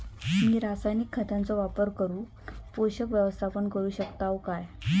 मी रासायनिक खतांचो वापर करून पोषक व्यवस्थापन करू शकताव काय?